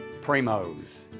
Primo's